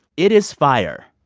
it is fire.